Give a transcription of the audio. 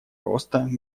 роста